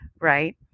right